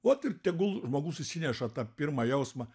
vat ir tegul žmogus išsineša tą pirmą jausmą